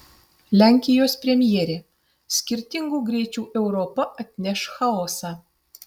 lenkijos premjerė skirtingų greičių europa atneš chaosą